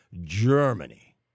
Germany